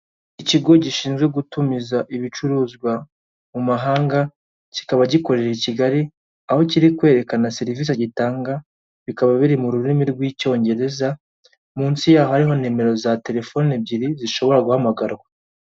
Ikigo gishinzwe gutumiza ibicuruzwa mu mahanga, kikaba gikore i Kigali, aho kiri kwerekana serivisi gitanga, bikaba biri mu rurimi rw'icyongereza, munsi y'aho hariho nimero za telefoni ebyiri zishobora guhamagarwa.